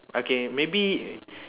okay maybe